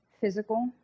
physical